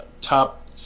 top